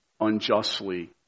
unjustly